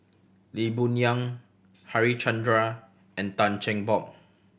Lee Boon Yang Harichandra and Tan Cheng Bock